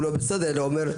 הוא לא בסדר אלא אומר,